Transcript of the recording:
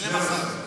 שנים-עשר.